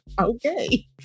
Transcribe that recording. Okay